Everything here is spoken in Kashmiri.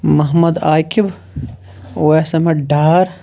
محمد عاقب اُویس احمد ڈار